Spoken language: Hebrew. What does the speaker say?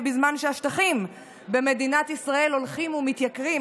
בזמן שהשטחים במדינת ישראל הולכים ומתייקרים,